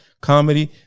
comedy